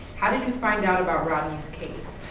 how did you find out about rodney's case?